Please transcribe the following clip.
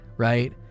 right